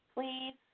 Please